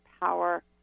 power